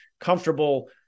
comfortable